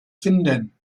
finden